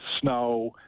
snow